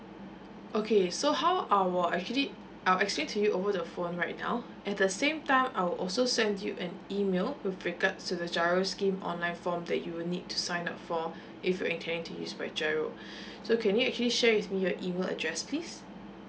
okay so how our actually I'll explain to you over the phone right now at the same time I will also send you an email with regards to the GIRO scheme online form that you will need to sign up for if you intending to use by GIRO so can you actually share with me your email address please